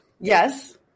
Yes